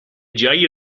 جایی